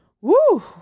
Woo